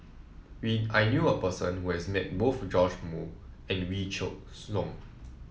I knew a person who has met both Joash Moo and Wee Shoo Leong